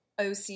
OC